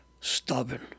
stubborn